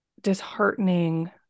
disheartening